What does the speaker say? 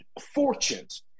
fortunes